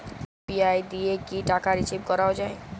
UPI দিয়ে কি টাকা রিসিভ করাও য়ায়?